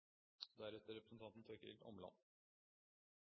deretter representanten